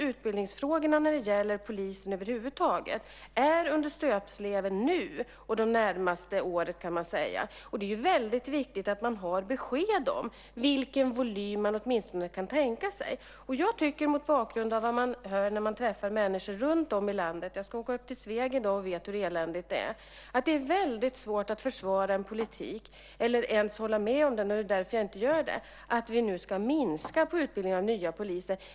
Utbildningsfrågorna när det gäller polisen över huvud taget är under stöpsleven det närmaste året, kan man säga. Det är väldigt viktigt att få besked om vilken volym man åtminstone kan tänka sig. Jag tycker mot bakgrund av vad jag hör när jag träffar människor runtom i landet - jag ska åka upp till Sveg i dag och vet hur eländigt det är - att det är väldigt svårt att försvara en politik eller ens att hålla med om det, och det är därför jag inte gör det, där det handlar om att vi nu ska minska utbildningen av nya poliser.